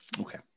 Okay